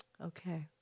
Okay